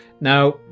Now